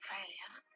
Failure